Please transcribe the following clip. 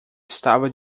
estava